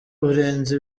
urenze